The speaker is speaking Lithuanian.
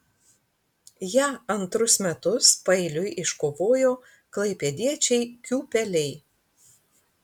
ją antrus metus paeiliui iškovojo klaipėdiečiai kiūpeliai